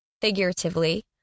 Figuratively